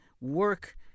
work